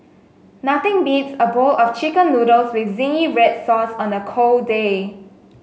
nothing beats a bowl of chicken noodles with zingy red sauce on a cold day